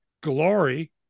glory